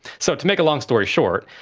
so to make a long story short,